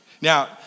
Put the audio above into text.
Now